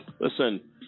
Listen